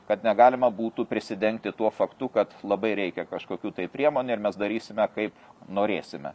kad negalima būtų prisidengti tuo faktu kad labai reikia kažkokių tai priemonių ir mes darysime kaip norėsime